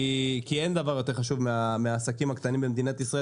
כי אין דבר יותר חשוב מהעסקים הקטנים במדינת ישראל,